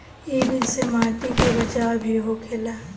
इ विधि से माटी के बचाव भी होखेला